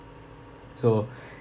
so